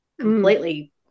completely